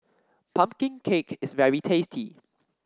pumpkin cake is very tasty